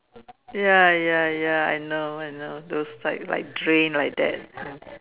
ya ya ya I know I know those type like drain like that